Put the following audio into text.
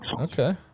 Okay